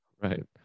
Right